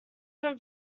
from